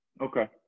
Okay